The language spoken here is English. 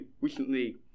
recently